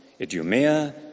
Idumea